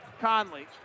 Conley